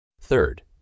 Third